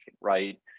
right